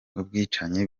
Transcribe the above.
ubwicanyi